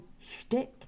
shtick